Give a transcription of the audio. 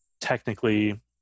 technically